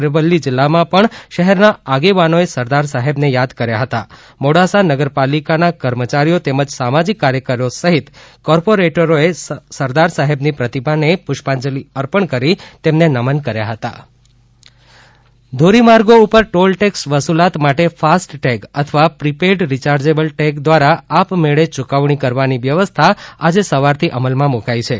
અરવલ્લી જિલ્લામાં પણ શહેરના આગેવાનોએ સરદાર સાહેબને યાદ કર્યા હતા મોડાસા નગર પાલિકાના કર્મચારીઓ તેમજ સામાજિક કાર્યકરો સહિત કોર્પોરેટરોએ સરદાર સાહેબની પ્રતિમાને પુષ્પાંજલિ અર્પી તેમને નમન કર્યા હતા ફાસ્ટટેગ ધોરીમાર્ગો ઉપર ટોલ ટેક્ષની વસૂલાત માટે ફાસ્ટેગ અથવા પ્રિપેઇડ રીયાર્જેબલ ટેગ દ્વારા આપમેળે યુકવણી કરવાની વ્યવસ્થા આજે સવારથી અમલમાં મુકાઇ છે